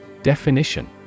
Definition